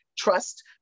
Trust